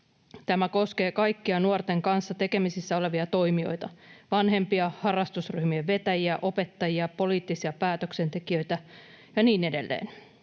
Tämä koskee kaikkia nuorten kanssa tekemisissä olevia toimijoita: vanhempia, harrastusryhmien vetäjiä, opettajia, poliittisia päätöksentekijöitä ja niin edelleen.